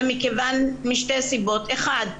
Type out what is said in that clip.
זה משתי סיבות: אחת,